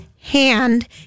hand